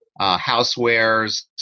housewares